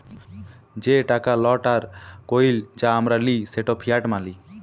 যে টাকা লট আর কইল যা আমরা লিই সেট ফিয়াট মালি